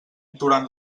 durant